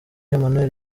emmanuel